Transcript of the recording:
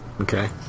Okay